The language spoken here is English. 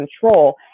control